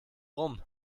rum